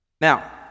Now